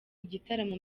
igitaramo